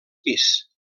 pis